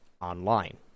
online